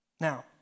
Now